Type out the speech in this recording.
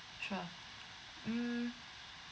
sure mm